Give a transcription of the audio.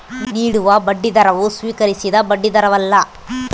ನೀಡುವ ಬಡ್ಡಿದರವು ಸ್ವೀಕರಿಸಿದ ಬಡ್ಡಿದರವಲ್ಲ